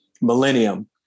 millennium